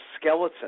skeleton